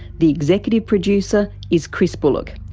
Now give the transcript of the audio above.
the executive producer is chris bullock,